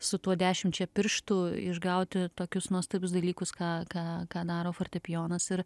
su tuo dešimčia pirštų išgauti tokius nuostabius dalykus ką ką ką daro fortepijonas ir